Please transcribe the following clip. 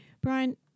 Brian